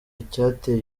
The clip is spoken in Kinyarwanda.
icyateye